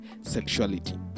sexuality